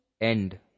end